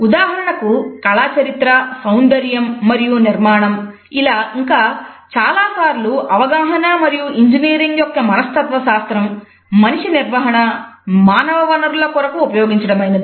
ఉదాహరణకు కళా చరిత్ర సౌందర్యం మరియు నిర్మాణం ఇంకా చాలాసార్లు అవగాహన మరియు ఇంజనీరింగ్ యొక్క మనస్తత్వశాస్త్రం మనిషి నిర్వహణ మానవవనరుల కొరకు ఉపయోగించడమైనది